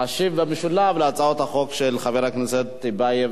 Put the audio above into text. תשיב במשולב להצעות של חבר הכנסת טיבייב